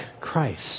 Christ